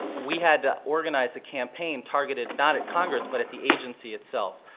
we had to organize a campaign targeted not at congress, but at the agency itself.